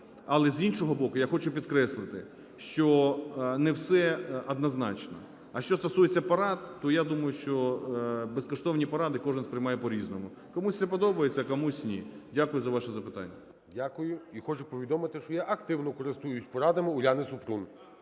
Але, з іншого боку, я хочу підкреслити, що не все однозначно. А що стосується порад, то, я думаю, що безкоштовні поради кожен сприймає по-різному: комусь це подобається, а комусь - ні. Дякую за ваше запитання. ГОЛОВУЮЧИЙ. Дякую. І хочу повідомити, що я активно користуюся порадами Уляни Супрун.